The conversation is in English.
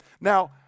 Now